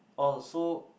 oh so